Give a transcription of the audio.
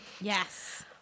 yes